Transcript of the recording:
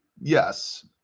yes